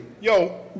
Yo